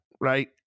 right